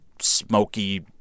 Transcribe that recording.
smoky